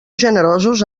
generosos